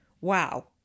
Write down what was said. Wow